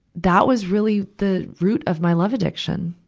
that was really the root of my love addiction.